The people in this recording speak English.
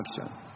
action